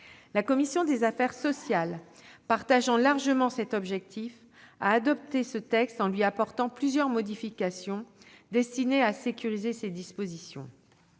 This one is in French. La commission des affaires sociales, partageant largement cet objectif, a adopté ce texte en lui apportant plusieurs modifications destinées à sécuriser ses dispositions.